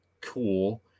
cool